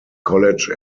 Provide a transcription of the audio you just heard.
college